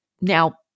Now